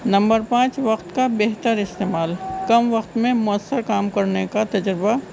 number پانچ وقت کا بہتر استعمال کم وقت میں مؤثر کام کرنے کا تجربہ